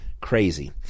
crazy